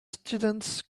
students